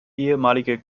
ehemalige